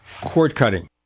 cord-cutting